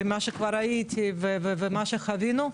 ממה שכבר הייתי ומה שחווינו,